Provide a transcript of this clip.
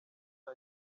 nta